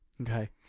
okay